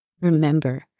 remember